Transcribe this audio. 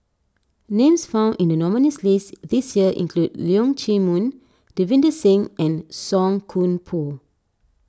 names found in the nominees' list this year include Leong Chee Mun Davinder Singh and Song Koon Poh